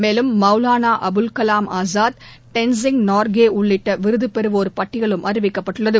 மேலும் மௌலானா அபுல்கலாம் ஆசாத் டென்சிங் நார்கே உள்ளிட்ட விருது பெறுவோர் பட்டியலும் அறிவிக்கப்பட்டுள்ளது